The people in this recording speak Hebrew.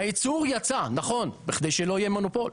היצור יצא, נכון, בכדי שלא יהיה מונופול,